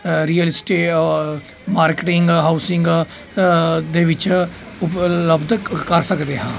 real estate marketing housing ਦੇ ਵਿੱਚ ਉਪਲੱਬਧ ਕਰ ਸਕਦੇ ਹਾਂ